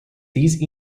these